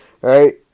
right